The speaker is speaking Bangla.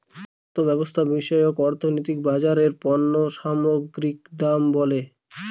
অর্থব্যবস্থা বিষয়ক অর্থনীতি বাজারে পণ্য সামগ্রীর দাম বলে